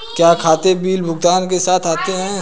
क्या खाते बिल भुगतान के साथ आते हैं?